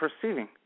perceiving